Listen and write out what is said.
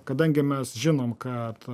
kadangi mes žinom kad